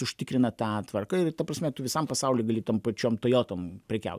užtikrina tą tvarką ir ta prasme tu visam pasauly tom pačiom tojotom gali prekiaut